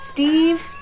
Steve